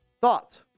Thoughts